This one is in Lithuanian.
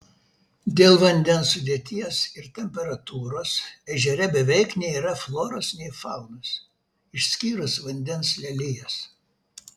dėl vandens sudėties ir temperatūros ežere beveik nėra floros nei faunos išskyrus vandens lelijas